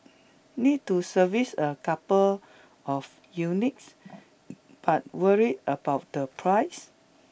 need to service a couple of units but worried about the price